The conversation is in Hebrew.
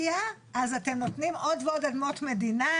בגלל שאי אפשר להפקיע אז אתם נותנים עוד ועוד אדמות מדינה.